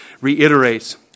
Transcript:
reiterates